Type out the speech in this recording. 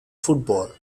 football